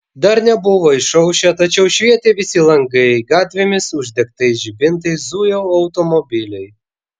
dar nebuvo išaušę tačiau švietė visi langai gatvėmis uždegtais žibintais zujo automobiliai